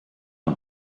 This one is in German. und